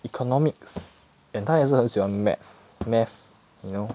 economics and 她也是很喜欢 maths math you know